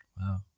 Wow